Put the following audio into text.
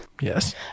Yes